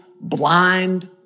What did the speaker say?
blind